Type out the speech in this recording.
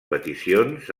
peticions